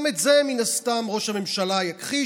גם את זה מן הסתם ראש הממשלה יכחיש,